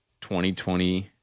2020